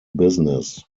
business